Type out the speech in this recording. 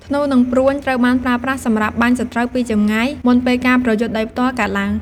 ធ្នូ និងព្រួញត្រូវបានប្រើប្រាស់សម្រាប់បាញ់សត្រូវពីចម្ងាយ មុនពេលការប្រយុទ្ធដោយផ្ទាល់កើតឡើង។